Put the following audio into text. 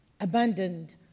abandoned